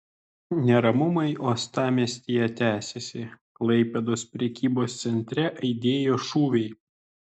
neramumai uostamiestyje tęsiasi klaipėdos prekybos centre aidėjo šūviai